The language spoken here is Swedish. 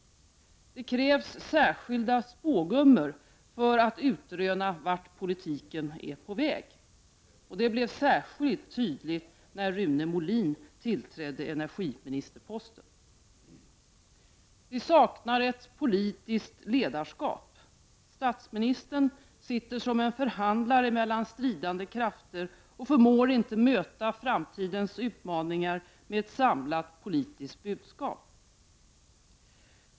Det krävs särskilda spågummor för att utröna vart politiken är på väg. Det blev särskilt tydligt när Rune Molin tillträdde energiministerposten. Vi saknar ett politiskt ledarskap. Statsministern sitter som en förhandlare mellan stridande krafter och förmår inte möta framtidens utmaningar med ett samlat politiskt budskap.